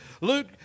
Luke